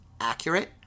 accurate